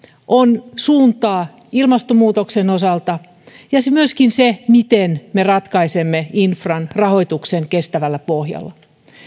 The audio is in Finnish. on suunta ilmastonmuutoksen osalta ja myöskin se miten me ratkaisemme infran rahoituksen kestävällä pohjalla